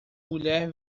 mulher